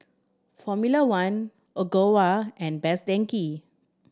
Formula One Ogawa and Best Denki